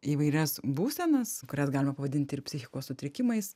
įvairias būsenas kurias galima pavadinti ir psichikos sutrikimais